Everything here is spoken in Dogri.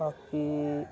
बाकी